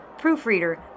proofreader